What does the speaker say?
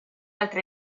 altri